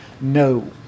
no